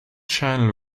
channel